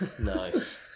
Nice